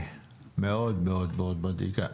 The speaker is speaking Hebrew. מאוד מאוד מאוד מדאיג.